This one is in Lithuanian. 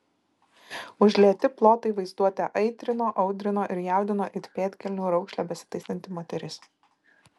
užlieti plotai vaizduotę aitrino audrino ir jaudino it pėdkelnių raukšlę besitaisanti moteris